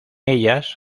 ellas